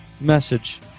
message